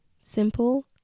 simple